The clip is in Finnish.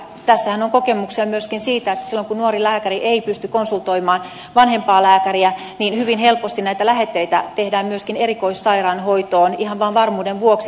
tässähän on kokemuksia myöskin siitä että silloin kun nuori lääkäri ei pysty konsultoimaan vanhempaa lääkäriä hyvin helposti näitä lähetteitä tehdään myöskin erikoissairaanhoitoon ihan vaan varmuuden vuoksi